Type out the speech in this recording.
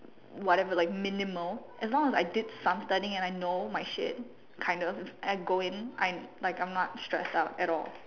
whatever like minimal as long as I did some studying and I know my shit kind of and I go in I'm like I'm not stressed out at all